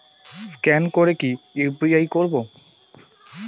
Scan করে কি করে ইউ.পি.আই করবো?